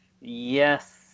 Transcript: Yes